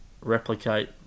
replicate